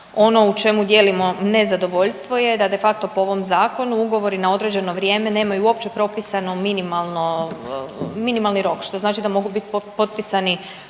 Ono u čemu dijelimo nezadovoljstvo je da de facto po ovom zakonu ugovori na određeni vrijeme nemaju uopće propisano minimalni rok, što znači da mogu biti potpisani